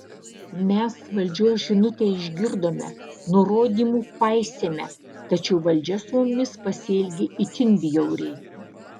mes valdžios žinutę išgirdome nurodymų paisėme tačiau valdžia su mumis pasielgė itin bjauriai